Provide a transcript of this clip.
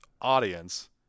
audience